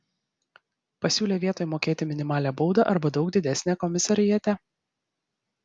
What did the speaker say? pasiūlė vietoj mokėti minimalią baudą arba daug didesnę komisariate